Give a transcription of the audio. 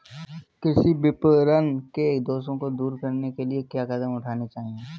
कृषि विपणन के दोषों को दूर करने के लिए क्या कदम उठाने चाहिए?